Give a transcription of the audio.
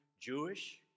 Jewish